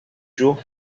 jours